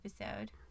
episode